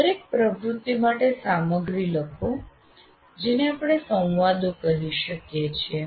દરેક પ્રવૃત્તિ માટે સામગ્રી લખો જેને આપણે સંવાદો કહી શકીએ છીએ